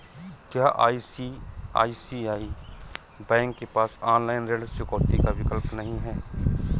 क्या ICICI bank के पास ऑनलाइन ऋण चुकौती का विकल्प नहीं है?